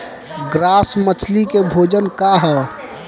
Grass मछली के भोजन का ह?